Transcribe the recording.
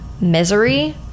misery